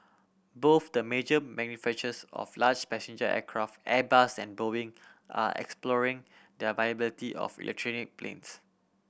both the major manufacturers of large passenger aircraft Airbus and Boeing are exploring the viability of electronic planes